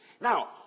Now